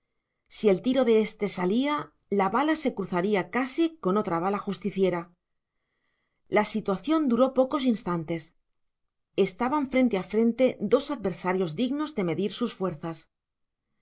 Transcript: si el tiro de éste salía la bala se cruzaría casi con otra bala justiciera la situación duró pocos instantes estaban frente a frente dos adversarios dignos de medir sus fuerzas